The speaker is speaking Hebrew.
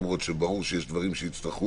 למרות שברור שיש דברים שיצטרכו